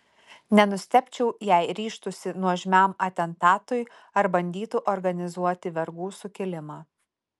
nenustebčiau jei ryžtųsi nuožmiam atentatui ar bandytų organizuoti vergų sukilimą